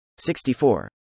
64